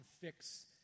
fix